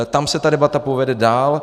Tam se debata povede dál.